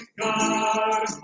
God